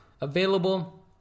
available